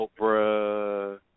Oprah